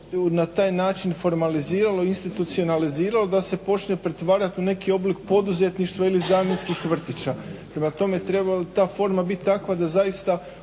na taj način formaliziralo i institucionaliziralo da se počne pretvarat u neki oblik poduzetništva ili zamjenskih vrtića. Prema tome, trebala bi ta forma biti takva da zaista